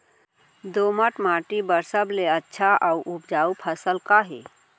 दोमट माटी बर सबले अच्छा अऊ उपजाऊ फसल का हे?